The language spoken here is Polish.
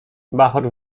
bachor